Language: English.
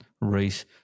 race